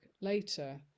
later